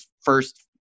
first